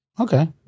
Okay